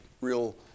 real